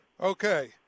Okay